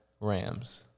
Rams